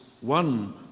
one